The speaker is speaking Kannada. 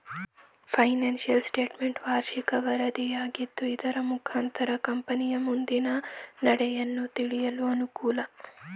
ಫೈನಾನ್ಸಿಯಲ್ ಸ್ಟೇಟ್ಮೆಂಟ್ ವಾರ್ಷಿಕ ವರದಿಯಾಗಿದ್ದು ಇದರ ಮುಖಾಂತರ ಕಂಪನಿಯ ಮುಂದಿನ ನಡೆಯನ್ನು ತಿಳಿಯಲು ಅನುಕೂಲ